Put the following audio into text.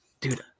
dude